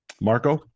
Marco